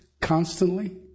constantly